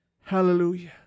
Hallelujah